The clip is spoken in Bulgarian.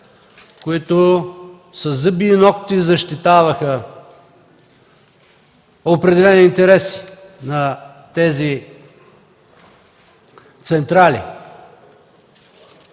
които със зъби и нокти защитаваха определени интереси на тези централи.